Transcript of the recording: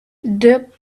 dip